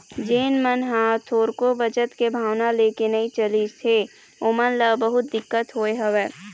जेन मन ह थोरको बचत के भावना लेके नइ चलिस हे ओमन ल बहुत दिक्कत होय हवय